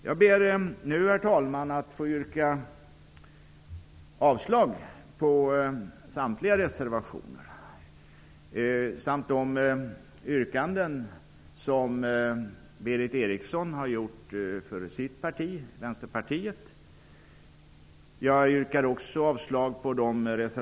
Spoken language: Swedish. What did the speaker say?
Jag yrkar, herr talman, bifall till utskottets hemställan och avslag på samtliga reservationer samt på de yrkanden som Berith Eriksson har ställt för sitt parti, Vänsterpartiet.